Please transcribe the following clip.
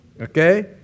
Okay